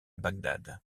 bagdad